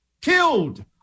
killed